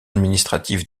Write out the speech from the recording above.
administratif